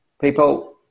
People